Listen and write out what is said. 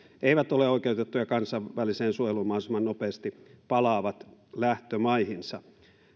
eivät ole oikeutettuja kansainväliseen suojeluun mahdollisimman nopeasti palaavat lähtömaihinsa